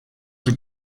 were